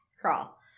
Crawl